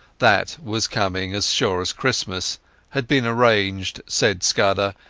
that was coming, as sure as christmas had been arranged, said scudder,